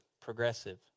progressive